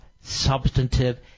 substantive